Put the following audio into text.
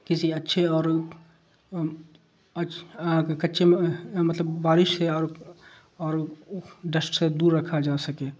کسی اچھے اور کچے میں مطلب بارش سے اور اور ڈسٹ سے دور رکھا جا سکے